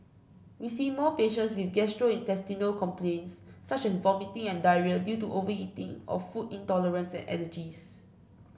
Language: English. we see more patients with gastrointestinal complaints such as vomiting and diarrhoea due to overeating or food intolerance and allergies